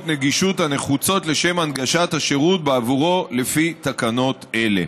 נגישות הנחוצות לשם הנגשת השירות בעבורו לפי תקנות אלה.